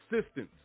assistance